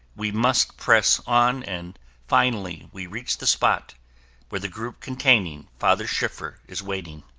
we must press on and finally we reach the spot where the group containing father schiffer is waiting.